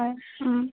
হয় ও